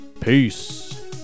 Peace